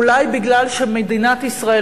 אולי כי מדינת ישראל,